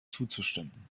zuzustimmen